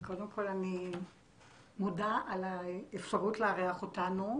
קודם כל אני מודה על האפשרות לארח אותנו,